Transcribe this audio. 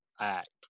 act